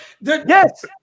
yes